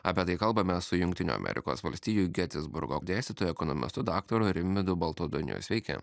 apie tai kalbame su jungtinių amerikos valstijų getisburgo dėstytoju ekonomistu daktaru rimvydu baltaduoniu sveiki